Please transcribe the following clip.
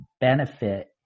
benefit